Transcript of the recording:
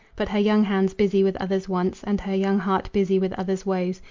but her young hands, busy with others' wants, and her young heart, busy with others' woes,